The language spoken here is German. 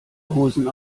hosen